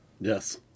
Yes